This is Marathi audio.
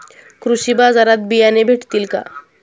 कृषी बाजारात बियाणे भेटतील का?